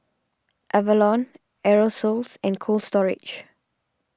Avalon Aerosoles and Cold Storage